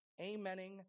amening